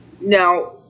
Now